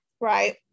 Right